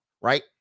right